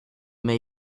may